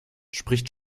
spricht